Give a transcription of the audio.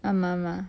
ஆமா ஆமா:aama aama